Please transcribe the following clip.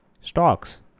stocks